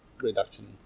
reduction